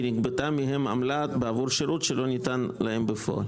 נגבתה מהם עמלה בעבור שירות שלא ניתן להם בפועל".